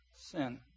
sin